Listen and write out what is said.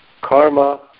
karma